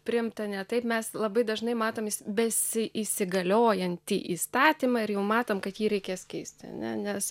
priimta ne taip mes labai dažnai matom besiįsigaliojantį įstatymą ir jau matom kad jį reikės keisti ne nes